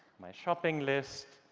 my shopping lists,